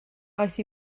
aeth